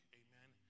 amen